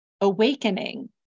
awakening